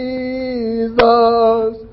Jesus